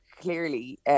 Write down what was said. clearly